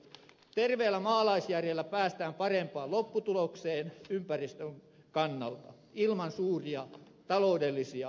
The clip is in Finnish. terveellä maalaisjärjellä päästään parempaan lopputulokseen ympäristön kannalta ilman suuria taloudellisia uhrauksia